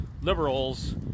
Liberals